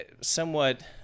somewhat